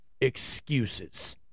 excuses